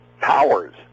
powers